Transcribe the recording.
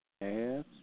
Yes